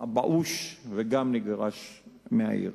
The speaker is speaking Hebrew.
הבאוש וגם נגורש מהעיר.